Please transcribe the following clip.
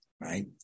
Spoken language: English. right